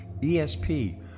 ESP